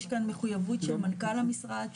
יש כאן מחויבות של מנכ"ל המשרד,